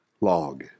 log